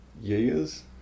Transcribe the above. years